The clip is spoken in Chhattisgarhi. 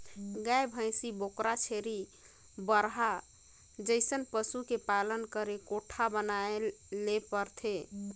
गाय, भइसी, बोकरा, छेरी, बरहा जइसन पसु के पालन करे कोठा बनाये ले परथे